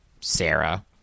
Sarah